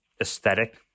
aesthetic